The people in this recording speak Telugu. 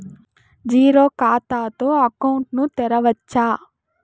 జీరో ఖాతా తో అకౌంట్ ను తెరవచ్చా?